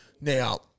Now